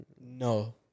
No